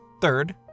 Third